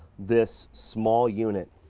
this small unit.